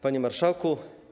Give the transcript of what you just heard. Panie Marszałku!